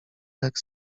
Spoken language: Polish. jak